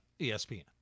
ESPN